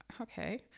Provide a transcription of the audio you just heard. okay